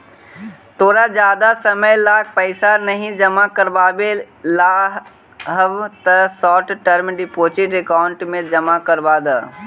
तोरा जादा समय ला पैसे नहीं जमा करवावे ला हव त शॉर्ट टर्म डिपॉजिट अकाउंट में जमा करवा द